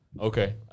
Okay